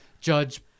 Judge